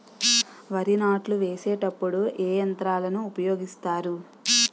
వరి నాట్లు వేసేటప్పుడు ఏ యంత్రాలను ఉపయోగిస్తారు?